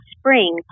spring